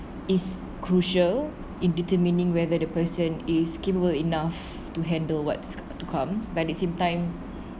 is crucial in determining whether the person is capable enough to handle what's to come but at the same time